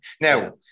now